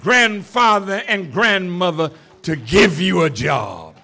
grandfather and grandmother to give you a job